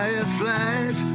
Fireflies